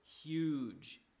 huge